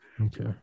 Okay